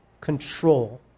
control